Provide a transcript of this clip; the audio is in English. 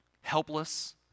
helpless